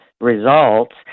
results